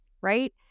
right